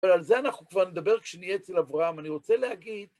אבל על זה אנחנו כבר נדבר כשנהיה אצל אברהם, אני רוצה להגיד...